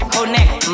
Connect